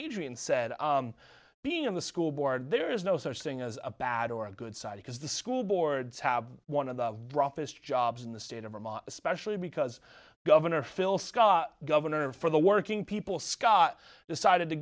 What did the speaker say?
adrian said being on the school board there is no such thing as a bad or a good side because the school boards have one of the roughest jobs in the state of vermont especially because governor phil scott governor for the working people scott decided to